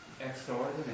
extraordinary